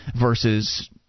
versus